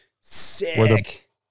Sick